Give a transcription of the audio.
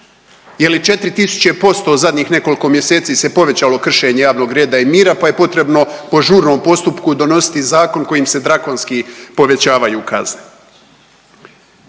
Je li 4 tisuće posto u zadnjih nekoliko mjeseci se povećalo kršenje javnog reda i mira, pa je potrebno po žurnom postupku donositi zakon kojim se drakonski povećavaju kazne?